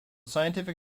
scientific